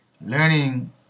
Learning